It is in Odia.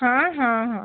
ହଁ ହଁ ହଁ